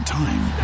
time